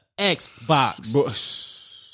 Xbox